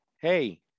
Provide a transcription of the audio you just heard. Hey